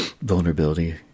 vulnerability